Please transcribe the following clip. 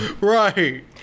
Right